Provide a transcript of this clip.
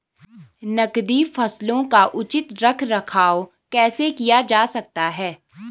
नकदी फसलों का उचित रख रखाव कैसे किया जा सकता है?